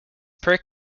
per